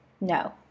no